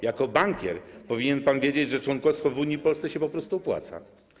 Jako bankier powinien pan wiedzieć, że członkostwo w Unii Polsce się po prostu opłaca.